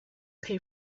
pay